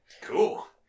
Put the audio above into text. cool